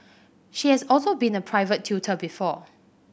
she has also been a private tutor before